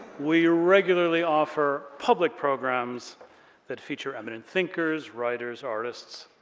we regularly offer public programs that feature eminent thinkers, writers, artists,